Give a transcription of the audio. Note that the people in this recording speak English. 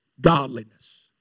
godliness